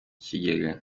kigega